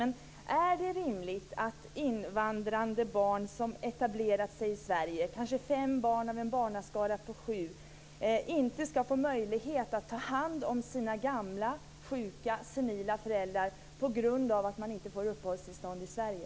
Men är det rimligt att invandrade barn som etablerat sig i inte skall få möjlighet att ta hand om sina gamla sjuka, senila föräldrar på grund av att de inte får uppehållstillstånd i Sverige?